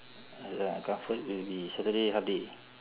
is uh comfort will be saturday half day